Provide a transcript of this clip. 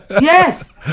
yes